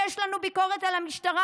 יש לנו ביקורת על המשטרה,